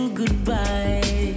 goodbye